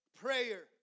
prayer